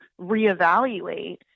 reevaluate